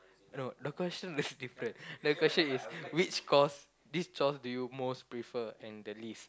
I know the question is~ different the question is which chores which chores do you most prefer and the least